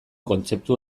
kontzeptu